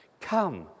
come